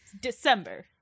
December